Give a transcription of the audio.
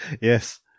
Yes